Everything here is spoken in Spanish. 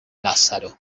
lázaro